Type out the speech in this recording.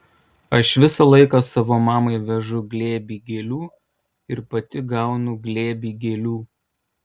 aš visą laiką savo mamai vežu glėbį gėlių ir pati gaunu glėbį gėlių